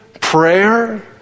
prayer